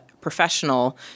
professional